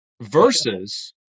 versus